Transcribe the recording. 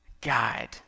guide